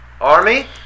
Army